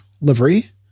livery